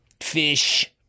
fish